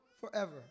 forever